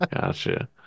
Gotcha